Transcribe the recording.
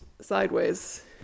sideways